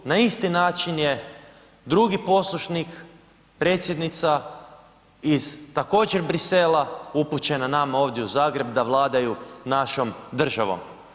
Na isti način je drugi poslušnik, predsjednica iz također Bruxellesa, upućena nama ovdje u Zagreb, da vladaju našom državom.